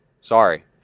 Sorry